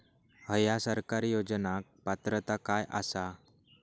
हया सरकारी योजनाक पात्रता काय आसा?